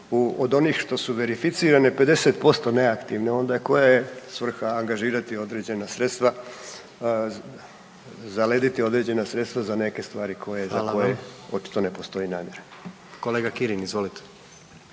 od onih što su verificirane 60% neaktivne, onda koja je svrha angažirati određena sredstva zalediti određena sredstva za neke stvari koje .../Upadica: Hvala vam./... za koje očito